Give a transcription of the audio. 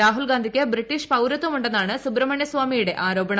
രാഹുൽഗാന്ധിക്ക് British പൌരത്വം ഉണ്ടെന്നാണ് സുബ്രഹ്മണ്യ സ്വാമിയുടെ ആരോപണം